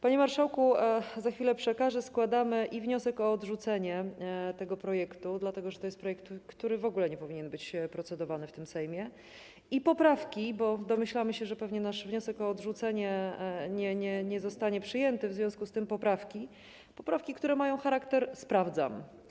Panie marszałku, składamy - za chwilę przekażę - i wniosek o odrzucenie tego projektu, dlatego że to jest projekt, który w ogóle nie powinien być procedowany w Sejmie, i poprawki, bo domyślamy się, że pewnie nasz wniosek o odrzucenie nie zostanie przyjęty, w związku z tym poprawki, które mają charakter: sprawdzam.